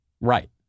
Right